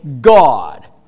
God